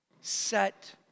Set